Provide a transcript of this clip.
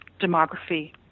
demography